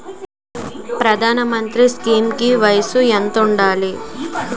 ప్రధాన మంత్రి స్కీమ్స్ కి వయసు ఎంత ఉండాలి?